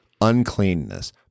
uncleanness